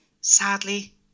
Sadly